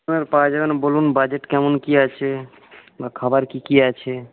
হ্যাঁ পাওয়া যাবে না বলুন বাজেট কেমন কী আছে বা খাবার কী কী আছে